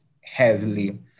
heavily